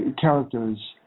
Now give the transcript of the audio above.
characters